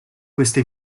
queste